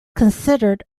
considered